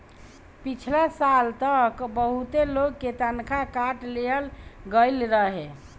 पिछला साल तअ बहुते लोग के तनखा काट लेहल गईल रहे